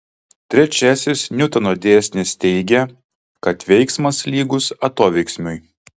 trečiasis niutono dėsnis teigia kad veiksmas lygus atoveiksmiui